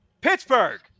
Pittsburgh